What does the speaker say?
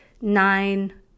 nine